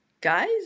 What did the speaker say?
guys